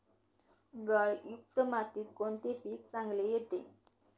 गाळयुक्त मातीत कोणते पीक चांगले येते?